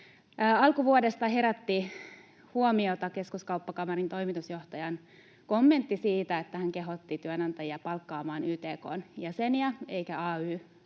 Alkuvuodesta herätti huomiota Keskuskauppakamarin toimitusjohtajan kommentti siitä, kun hän kehotti työnantajia palkkaamaan YTK:n jäseniä eikä ay-liikkeen.